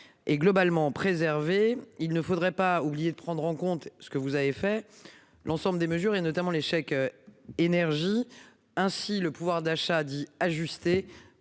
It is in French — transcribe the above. et globalement préservés. Il ne faudrait pas oublier de prendre en compte ce que vous avez fait l'ensemble des mesures et notamment les chèques. Énergie ainsi le pouvoir d'achat dit ajusté